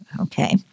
okay